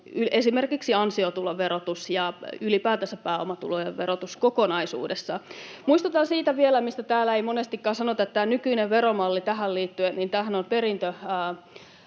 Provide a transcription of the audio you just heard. esimerkiksi ansiotuloverotus ja ylipäätänsä pääomatulojen verotus kokonaisuudessaan. Muistutan vielä siitä, mistä täällä ei monestikaan sanota, että nykyinen veromallihan tähän liittyen on perintö